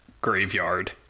graveyard